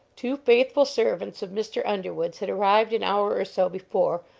two faithful servants of mr. underwood's had arrived an hour or so before,